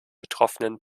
betroffenen